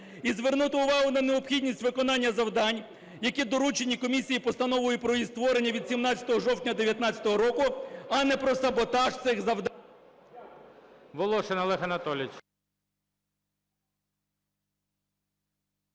і звернути увагу на необхідність виконання завдань, які доручені комісії постановою про її створення від 17 жовтня 19-го року, а не про саботаж цих завдань...